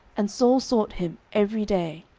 and saul sought him every day,